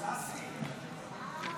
הסתייגות 1446 לא נתקבלה.